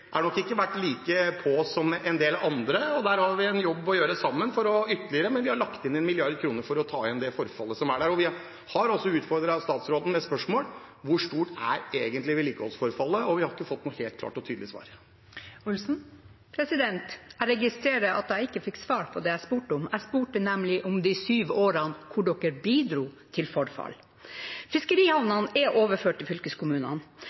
nok ikke vært like på som en del andre, og der har vi en jobb å gjøre sammen. Men vi har lagt inn 1 mrd. kr for å ta igjen det forfallet som er der. Vi har også utfordret statsråden med et spørsmål: Hvor stort er egentlig vedlikeholdsforfallet? Vi har ikke fått noe helt klart og tydelig svar. Jeg registrerer at jeg ikke fikk svar på det jeg spurte om. Jeg spurte nemlig om de sju årene da dere bidro til forfall. Fiskerihavnene er overført til fylkeskommunene,